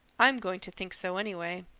i'm going to think so anyway.